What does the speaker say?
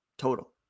Total